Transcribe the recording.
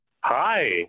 Hi